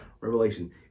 Revelation